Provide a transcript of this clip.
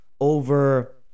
over